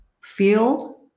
feel